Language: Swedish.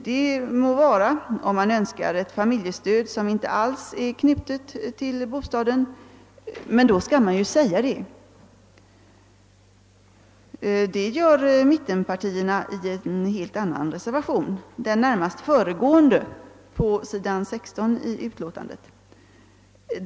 Det må så vara om man önskar ett familjestöd som inte alls är anknutet till bostaden — men då skall man tala om det i sammanhanget. Mittenpartierna redovisar denna sin ståndpunkt i en helt annan reservation — den närmast föregående, som börjar längst ned på s. 15 i utlåtandet.